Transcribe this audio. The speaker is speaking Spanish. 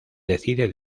decide